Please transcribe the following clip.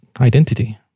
identity